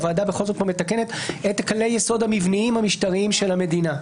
הוועדה בכל זאת מתקנת פה את כללי היסוד המבניים המשטריים של המדינה.